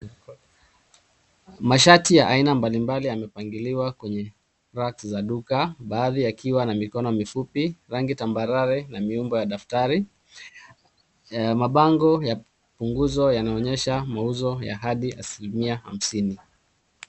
Mashati ya aina mbalimbali yamepangiliwa kwenye racks za duka , baadhi yakiwa na mikono mifupi, rangi tambarare na miumbo ya daftari . Mabango ya punguzo yanaonyesha mauzo ya hadi asilimia hamsini.